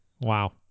Wow